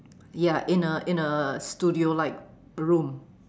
ya in a in a studio like room